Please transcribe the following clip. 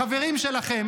החברים שלכם,